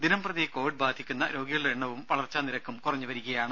ദിനംപ്രതി കോവിഡ് ബാധിക്കുന്ന രോഗികളുടെ എണ്ണവും വളർച്ചാനിരക്കും കുറഞ്ഞുവരികയാണ്